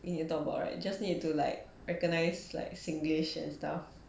and you talk about right you just need to like recognised like singlish and stuff